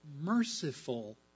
merciful